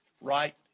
right